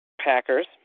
Packers